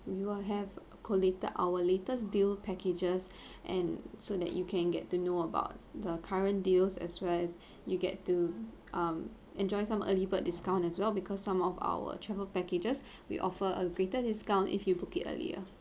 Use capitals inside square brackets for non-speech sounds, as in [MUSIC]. we will have collected our latest deal packages [BREATH] and so that you can get to know about the current deals as well as [BREATH] you get to um enjoy some early bird discount as well because some of our travel packages [BREATH] we offer a greater discounts if you book it earlier